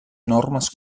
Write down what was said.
normes